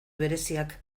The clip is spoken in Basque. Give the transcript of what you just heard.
bereziak